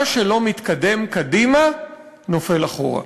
מה שלא הולך קדימה, נופל אחורה.